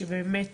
שבאמת